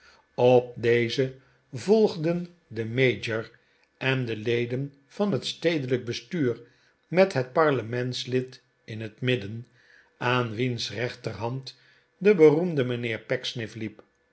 op dezen volgdende mayor en de leden van het stedelijk bestuur met het parlementslid in het midden aan wiens rechterhand de beroemde mijnheer pecksniff liep